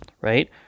right